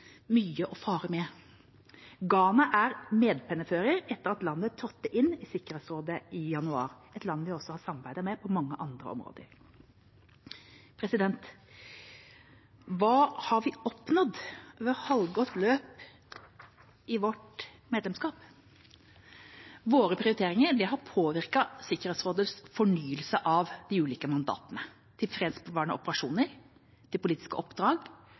mye å fare med. Ghana er medpennefører etter at landet trådte inn i Sikkerhetsrådet i januar. Det er et land vi også har samarbeidet med på mange andre områder. Hva har vi oppnådd ved halvgått løp av vårt medlemskap? Våre prioriteringer har påvirket Sikkerhetsrådets fornyelse av de ulike mandatene – til fredsbevarende operasjoner, til politiske oppdrag